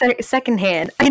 secondhand